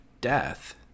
death